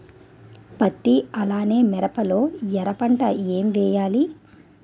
పత్తి అలానే మిరప లో ఎర పంట ఏం వేయాలి?